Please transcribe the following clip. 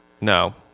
No